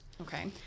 Okay